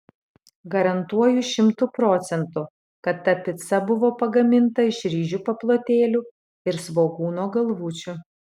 garantuoju šimtu procentų kad ta pica buvo pagaminta iš ryžių paplotėlių ir svogūno galvučių